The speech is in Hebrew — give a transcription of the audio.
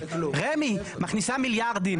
רמ"י מכניסה מיליארדים,